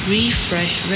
Refresh